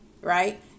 Right